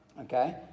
Okay